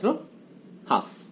ছাত্র ½